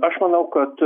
aš manau kad